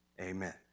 Amen